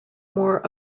more